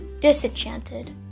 Disenchanted